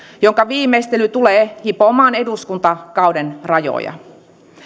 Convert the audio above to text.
jonka viimeistely tulee hipomaan eduskuntakauden rajoja